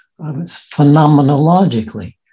phenomenologically